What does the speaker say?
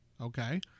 Okay